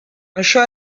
això